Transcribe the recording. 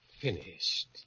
finished